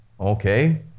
Okay